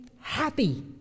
happy